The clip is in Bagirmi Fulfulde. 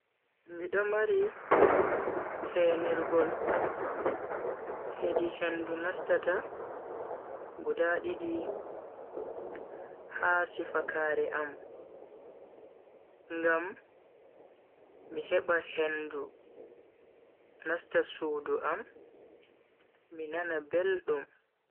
Mido mari heenirgol hedi hendu nastata guda didi ha sifakaare am ngam mi heba hendu nasta sudu am mi nana beldum.